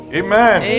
amen